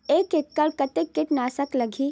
एक एकड़ कतेक किट नाशक लगही?